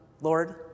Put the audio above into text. Lord